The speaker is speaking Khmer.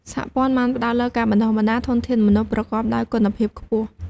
សហព័ន្ធបានផ្តោតលើការបណ្ដុះបណ្ដាលធនធានមនុស្សប្រកបដោយគុណភាពខ្ពស់។